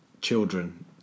children